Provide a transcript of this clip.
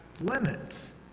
limits